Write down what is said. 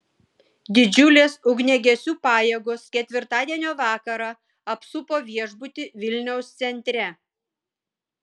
didžiulės ugniagesių pajėgos ketvirtadienio vakarą apsupo viešbutį vilniaus centre